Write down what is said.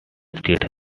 street